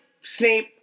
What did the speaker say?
Snape